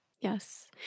Yes